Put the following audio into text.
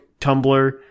Tumblr